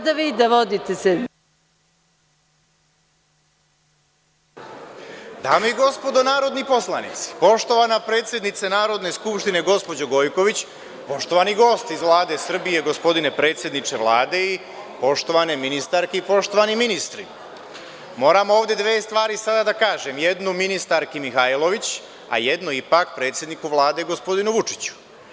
Dame i gospodo narodni poslanici, poštovana predsednice Narodne skupštine gospođo Gojković, poštovani gosti iz Vlade Srbije, gospodine predsedniče Vlade i poštovane ministarke i poštovani ministri, moram ovde dve stvari sada da kažem, jednu ministarki Mihajlović, a jednu ipak predsedniku Vlade, gospodinu Vučiću.